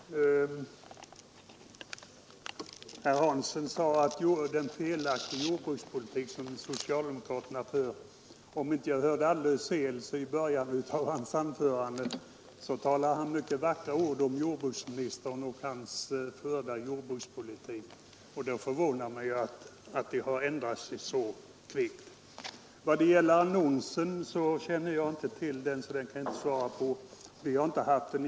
Herr talman! Herr Hansson i Skegrie sade att det är en felaktig jordbrukspolitik som socialdemokraterna för. Om jag inte hörde alldeles fel begagnade han i början av sitt anförande mycket vackra ord om jordbruksministern och den av honom förda jordbrukspolitiken. Det förvånar mig därför att uppfattningen har kunnat ändras så kvickt. Annonsen känner jag inte till, så den uppmaningen kan jag inte svara på.